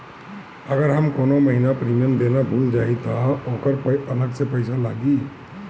अगर हम कौने महीने प्रीमियम देना भूल जाई त ओकर अलग से पईसा लागी?